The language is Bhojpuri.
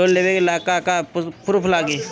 लोन लेबे ला का का पुरुफ लागि?